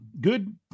good